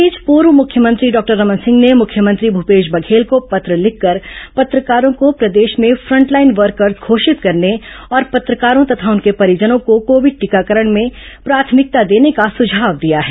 इस बीच पूर्व मुख्यमंत्री डॉक्टर रमन सिंह ने मुख्यमंत्री भूपेश बघेल को पत्र लिखकर पत्रकारों को प्रदेश में फ्रंटलाइन वर्कर्स घोषित करने और पत्रकारों तथा उनके परिजनों को कोविड टीकाकरण में प्राथमिकता देने का सुझाव दिया है